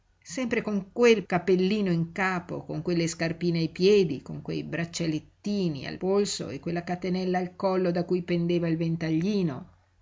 sempre con quel cappellino in capo con quelle scarpine ai piedi con quei braccialettini al polso e quella catenella al collo da cui pendeva il ventaglino